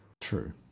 true